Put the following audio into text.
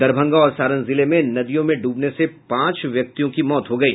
दरभंगा और सारण जिले में नदियों में डूबने से पांच व्यक्तियों की मौत हो गयी